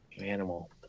Animal